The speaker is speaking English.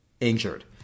injured